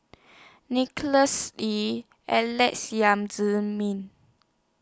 Nicholas Ee Alex Yam Ziming